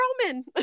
Roman